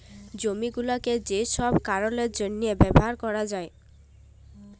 জমি গুলাকে যে ছব কারলের জ্যনহে ব্যাভার ক্যরা যায়